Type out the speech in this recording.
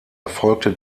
erfolgte